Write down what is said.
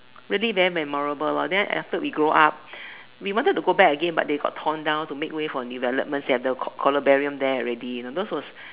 really very memorable lor then after we grow up we wanted to go back again but they got torn down to make way for development centre col~ columbarium there already those was